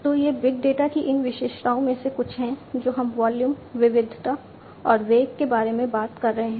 तो ये big data की इन विशेषताओं में से कुछ हैं जो हम वॉल्यूम विविधता और वेग के बारे में बात कर रहे हैं